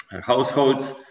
households